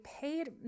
paid